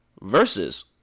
Versus